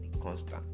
constant